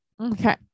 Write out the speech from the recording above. okay